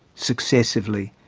successively,